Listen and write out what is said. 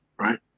right